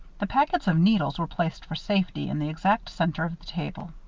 the packets of needles were placed for safety in the exact center of the table.